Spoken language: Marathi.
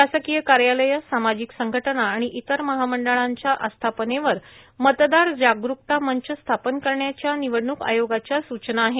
शासकीय कार्यालय सामाजिक संघटना आणि इतर महामंडळांच्या आस्थापनेवर मतदार जागरुकता मंच स्थापन करण्याच्या निवडणुक आयोगाच्या सूचना आहेत